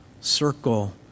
circle